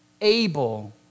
able